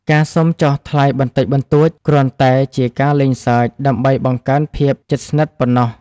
ការសុំចុះថ្លៃបន្តិចបន្តួចគ្រាន់តែជាការលេងសើចដើម្បីបង្កើនភាពជិតស្និទ្ធប៉ុណ្ណោះ។